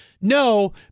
No